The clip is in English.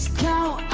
go